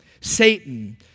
Satan